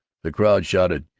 the crowd shouted,